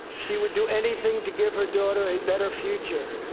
she would do anything to give her daughter a better future.